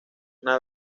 una